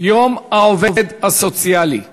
יום העובד הסוציאלי הבין-לאומי,